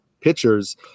pitchers